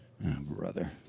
Brother